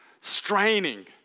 straining